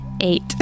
Eight